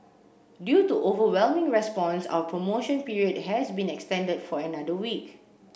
due to overwhelming response our promotion period has been extended for another week